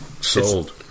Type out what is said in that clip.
Sold